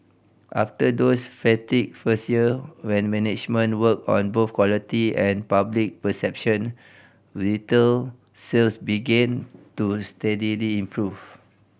after those frantic first year when management worked on both quality and public perception retail sales began to steadily improve